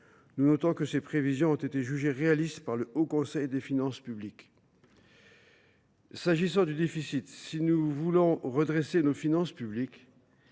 Nous notons que ces prévisions ont été jugées réalistes par le Haut Conseil des finances publiques. Pour ce qui est du déficit, si nous voulons redresser nos finances publiques,